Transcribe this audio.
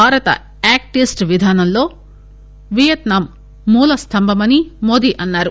భారత act east విధానంలో Vietnam మూల స్తంభమని మోదీ అన్నారు